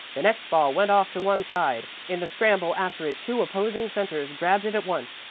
the next ball went off to one side. in the scramble after it two opposing centres grabbed it at once,